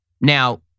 now